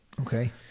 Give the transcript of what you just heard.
Okay